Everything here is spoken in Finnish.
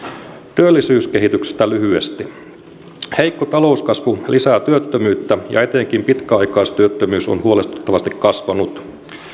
työllisyyskehityksestä lyhyesti heikko talouskasvu lisää työttömyyttä ja etenkin pitkäaikaistyöttömyys on huolestuttavasti kasvanut